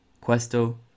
Questo